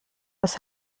was